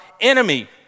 enemy